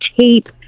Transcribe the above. tape